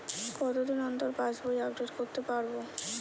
কতদিন অন্তর পাশবই আপডেট করতে পারব?